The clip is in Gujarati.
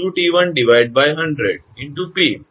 2𝑡1 100 × 𝑝 𝐾𝑔 𝑚